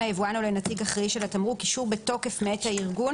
ליבואן או לנציג האחראי של התמרוק אישור בתוקף מאת הארגון,